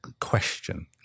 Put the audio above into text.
question